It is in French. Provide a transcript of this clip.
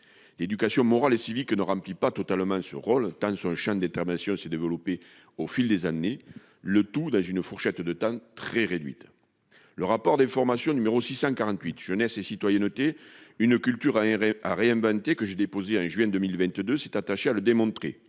L'éducation morale et civique ne remplit pas totalement ce rôle tant sur chien d'détermination s'est développé au fil des années, le tout dans une fourchette de temps très réduite. Le rapport d'information numéro 648 jeunesse et citoyenneté une culture à réinventer que j'ai déposée en juin 2022, s'est attaché à le démontrer.